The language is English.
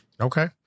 Okay